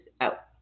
out